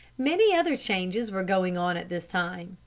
many other changes were going on at this time.